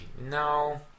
no